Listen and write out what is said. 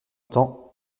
temps